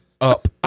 up